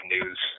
news